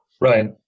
Right